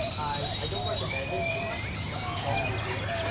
i i don't recommend it too much unless you know what you're doing,